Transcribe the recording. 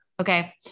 Okay